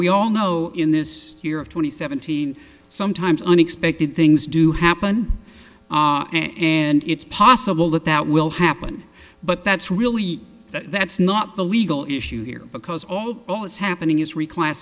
we all know in this year of twenty seventeen sometimes unexpected things do happen and it's possible that that will happen but that's really that's not the legal issue here because all all that's happening is re